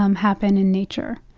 um happen in nature.